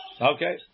Okay